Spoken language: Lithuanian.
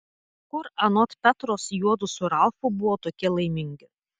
kur anot petros juodu su ralfu buvo tokie laimingi